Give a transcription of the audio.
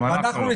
גם אנחנו.